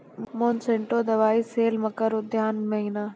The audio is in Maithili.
मोनसेंटो दवाई सेल मकर अघन महीना,